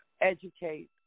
educate